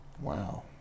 Wow